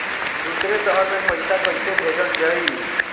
दूसरे शहर में पइसा कईसे भेजल जयी?